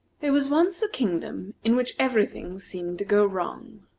there was once a kingdom in which every thing seemed to go wrong.